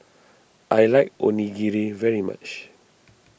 I like Onigiri very much